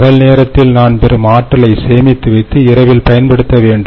பகல் நேரத்தில் நான் பெறும் ஆற்றலை சேமித்து வைத்து இரவில் பயன்படுத்த வேண்டும்